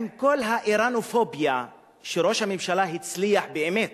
עם כל האירנופוביה שראש הממשלה הצליח באמת